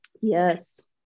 Yes